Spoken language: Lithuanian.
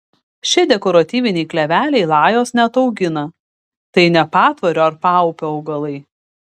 šie dekoratyviniai kleveliai lajos neataugina tai ne patvorio ar paupio augalai